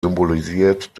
symbolisiert